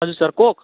हजुर sir Coke